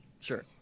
Sure